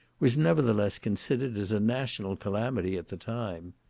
was, nevertheless, considered as a national calamity at the time.